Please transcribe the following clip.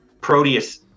Proteus